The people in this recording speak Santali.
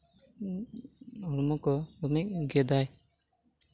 ᱦᱚᱲᱢᱚ ᱠᱚ ᱫᱚᱢᱮ ᱜᱮᱫᱟᱭ